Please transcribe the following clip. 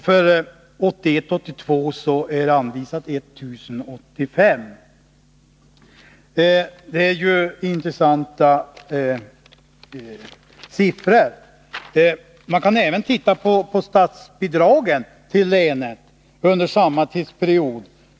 För 1981/82 har anvisats 1085. Det är ju intressanta siffror. Man kan även se på statsbidragen till länet under samma tidsperiod.